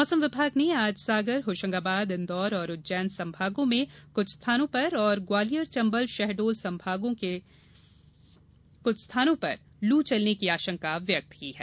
मौसम विभाग ने आज सागर होशंगाबाद इन्दौर और उज्जैन संभागों के जिलों में कुछ स्थानों पर और ग्वालियर चंबल शहडोल संभागों के जिलों में कहीं कहीं लू चलने की आशंका व्यक्त की है